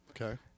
okay